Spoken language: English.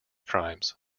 crimes